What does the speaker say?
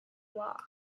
law